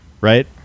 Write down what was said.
right